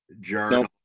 journal